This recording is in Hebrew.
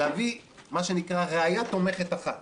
להביא מה שנקרא ראיה תומכת אחת